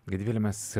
gedvile mes